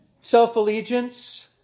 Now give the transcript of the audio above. Self-allegiance